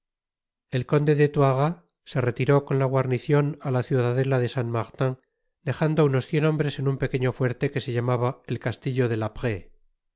el conde de toiras se retiró con la guarnicion á la ciudadela de saint martin dejando unos cien hombres en un pequeño fuerte que se llamaba el castillo de la prée